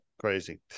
Crazy